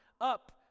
Up